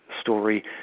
story